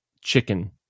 chicken